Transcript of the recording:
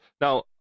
Now